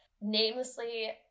namelessly